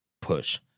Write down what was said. push